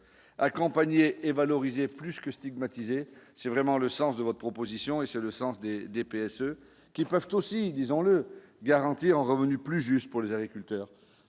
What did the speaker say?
accompagné et valorisé plus que stigmatiser, c'est vraiment le sens de votre proposition et c'est le sens des DPS, qui peuvent aussi, disons-le, garantir un revenu plus juste pour les agriculteurs,